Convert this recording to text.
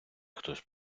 хтось